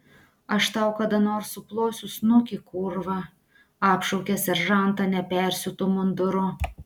aš tau kada nors suplosiu snukį kurva apšaukė seržantą nepersiūtu munduru